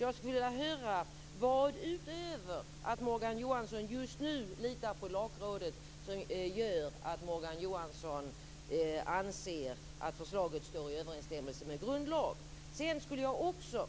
Jag skulle vilja höra: Vad utöver att Morgan Johansson just nu litar på Lagrådet gör att Morgan Johansson anser att förslaget står i överensstämmelse med grundlag?